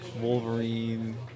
Wolverine